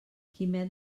quimet